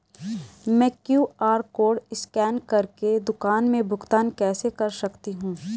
मैं QR code scan कर के दुकान में भुगतान कैसे कर सकती हूँ?